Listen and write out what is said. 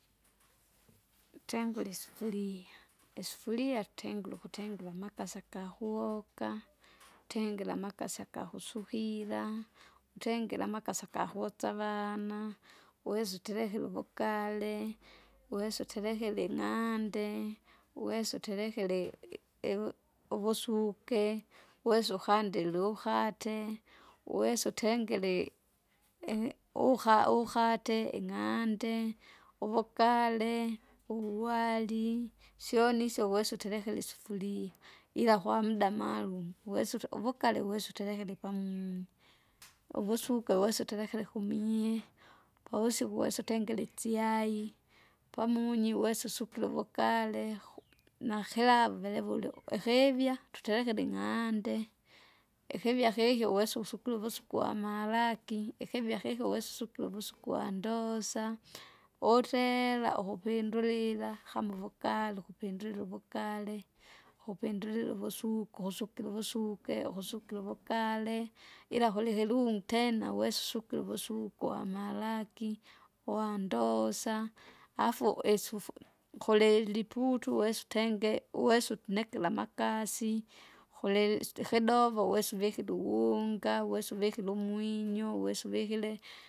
Tengule isufuria, isufuria, isufuria tengule ukutengure amakasa akakuhoka, tengera amakasa akakusukira, utengere amakasi akakusavana, uweze uterekere uvugare, uweze uterekere ing'ande, uweze uterekere i- evu- uvusuke, uwese ukandile uhate, uwese utengere i- ihi- uha uhate ing'ande, uvugale, uwari, syoni isyo wesa uterekere isufuria, ila kwamuda maalumu, uwese utu- uvugale wesa uterekere pamunyi. Uvusuke uwese uterekere kumie, pavusiku uwesa utengere itsyai, pamunyi uwese usukire uvukalehu nakilavu velevule ui- ikivya, tuterekere ing'aande. Ikivya kikyo wesa usukire uvusuku wamalaki, ikibya kikyo wesa usukire uvusuku wandosa, wutera ukupendulila kama uvugali ukupindulila uvugale, ukupeindulila uvusuko kousukire uvusuke, ukusukira uvugale. Ila kulihilungu tena wesa usukire uvusukwa wamalaki, wandosa. Afu isufu, nkuleli liputu wesu utenge uwesu nekira amakasi, kulili stikidovo wesa uvikire uwunga, wesa uvikire umwinyo, wesa uvikire.